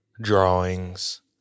drawings